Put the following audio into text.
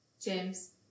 James